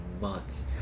months